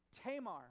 Tamar